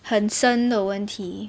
很深的问题